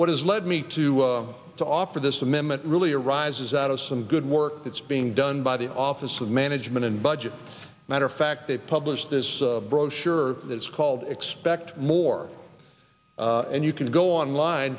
what has led me to to offer this amendment really arises out of some good work that's being done by the office of management and budget matter fact they publish this brochure it's called expect more and you can go online